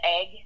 egg